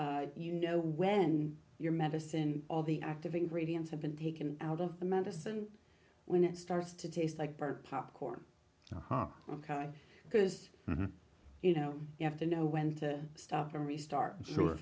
you know when your medicine all the active ingredients have been taken out of the medicine when it starts to taste like burnt popcorn so hot ok because you know you have to know when to stop and restart s